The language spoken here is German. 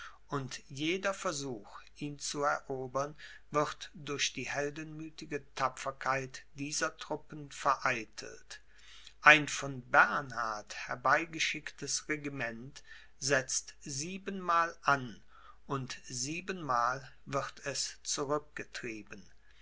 und jeder versuch ihn zu erobern wird durch die heldenmüthige tapferkeit dieser truppen vereitelt ein von bernhard herbeigeschicktes regiment setzt siebenmal an und siebenmal wird es